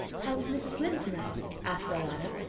how is mrs. lynde tonight? asked the latter.